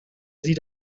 sie